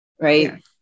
right